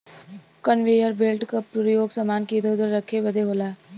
conveyor belt क परयोग समान के इधर उधर रखे बदे होला